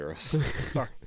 Sorry